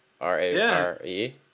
R-A-R-E